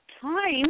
time